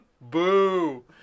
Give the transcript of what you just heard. Boo